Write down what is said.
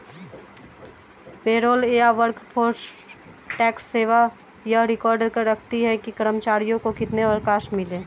payroll या workforce tax सेवा यह रिकॉर्ड रखती है कि कर्मचारियों को कितने अवकाश मिले